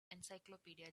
encyclopedia